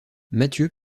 mathieu